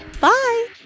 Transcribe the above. Bye